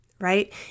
right